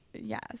Yes